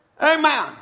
Amen